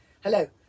Hello